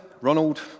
Ronald